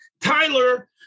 Tyler